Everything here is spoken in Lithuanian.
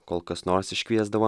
kol kas nors iškviesdavo